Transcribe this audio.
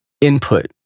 input